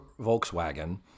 Volkswagen